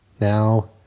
now